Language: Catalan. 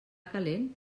calent